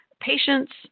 patients